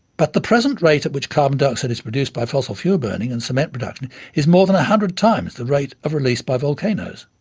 but the present rate at which carbon dioxide is produced by fossil fuel burning and cement production is more than one hundred times the rate of release by volcanos.